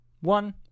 One